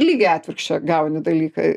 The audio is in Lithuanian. lygiai atvirkščią gauni dalyką